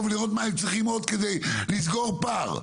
ולראות מה הם צריכים עוד כדי לסגור פער.